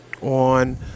on